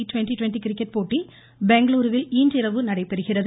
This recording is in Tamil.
ட்வெண்ட்டி ட்வெண்ட்டி கிரிக்கெட் போட்டி பெங்களுருவில் இன்றிரவு நடைபெறுகிறது